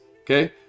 Okay